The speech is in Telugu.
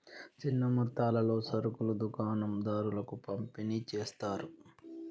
చిన్న మొత్తాలలో సరుకులు దుకాణం దారులకు పంపిణి చేస్తారు